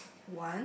one